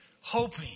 hoping